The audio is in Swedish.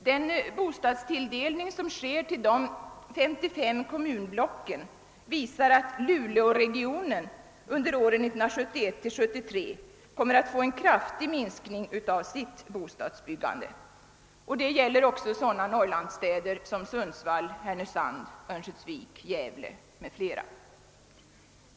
Den bostadstilldelning som sker till de 55 kommunblocken visar att Luleåregionen under åren 1971/1973 kommer att få en kraftig minskning av sitt bostadsbyggande. Detta gäller också sådana Norrlandsstäder som Sundsvall, Härnösand, Örnsköldsvik, Gävle m.fl.